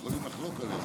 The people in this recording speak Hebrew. יכולים לחלוק עליך,